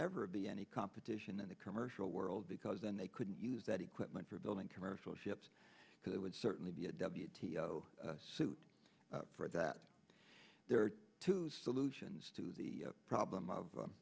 ever be any competition in the commercial world because then they couldn't use that equipment for building commercial ships because it would certainly be a w t o suit for that there are two solutions to the problem of